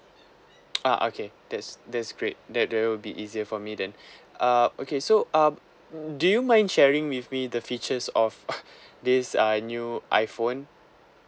uh okay that's that's great that that will be easier for me then uh okay so um do you mind sharing with me the features of this uh new iphone